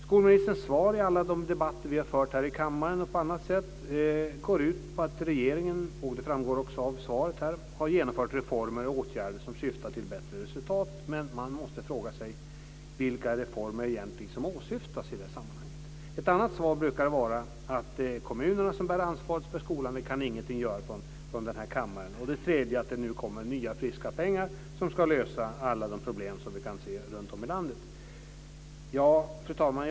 Skolministerns svar i alla de debatter vi har fört här i kammaren och på annat sätt går ut på att regeringen - och det framgår också av svaret - har genomfört reformer och åtgärder som syftar till bättre resultat. Men man måste fråga sig vilka reformer det egentligen är som åsyftas. Ett annat svar brukar vara att det är kommunerna som bär ansvaret för skolan och att man ingenting kan göra från den här kammaren. Ett tredje svar är att det nu kommer nya och friska pengar som ska lösa alla de problem vi kan se runt om i landet. Fru talman!